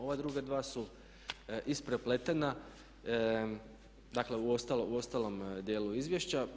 Ova druga dva su isprepletena, dakle u ostalom dijelu izvješća.